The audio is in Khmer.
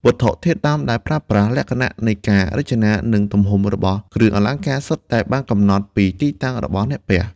វត្ថុធាតុដើមដែលប្រើប្រាស់ លក្ខណៈនៃការរចនា និងទំហំរបស់គ្រឿងអលង្ការ សុទ្ធតែបានកំណត់ពីទីតាំងរបស់អ្នកពាក់។